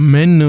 Men